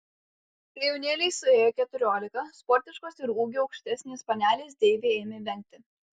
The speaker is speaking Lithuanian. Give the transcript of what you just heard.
kai jaunėlei suėjo keturiolika sportiškos ir ūgiu aukštesnės panelės deivė ėmė vengti